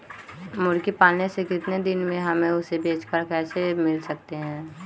मुर्गी पालने से कितने दिन में हमें उसे बेचकर पैसे मिल सकते हैं?